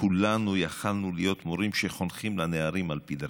שכולנו יכולנו להיות מורים שחונכים לנערים על פי דרכם,